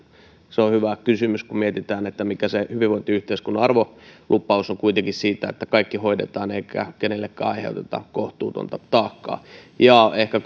se on hyvä kysymys kun mietitään mikä se hyvinvointiyhteiskunnan arvolupaus on se on kuitenkin se että kaikki hoidetaan eikä kenellekään aiheuteta kohtuutonta taakkaa ja ehkä